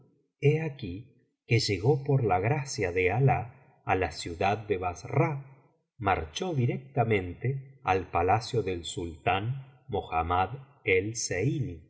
he aquí que llegó por la gracia de alali a la ciudad de bassra marchó directamente al palacio del sultán